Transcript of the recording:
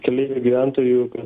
keleivių gyventojų kad